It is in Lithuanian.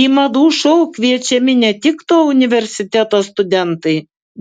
į madų šou kviečiami ne tik to universiteto studentai